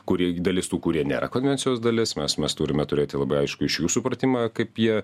kuri dalis tų kurie nėra konvencijos dalis mes mes turime turėti labai aiškų iš jų supratimą kaip jie